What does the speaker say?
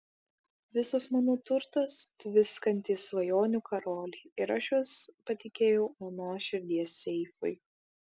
visas mano turtas tviskantys svajonių karoliai ir aš juos patikėjau onos širdies seifui